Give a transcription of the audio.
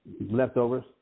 leftovers